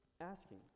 asking